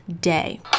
day